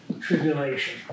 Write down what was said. Tribulation